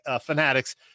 Fanatics